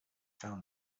found